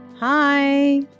hi